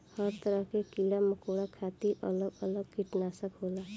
हर तरह के कीड़ा मकौड़ा खातिर अलग अलग किटनासक होला